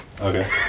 okay